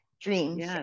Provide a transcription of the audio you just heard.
dreams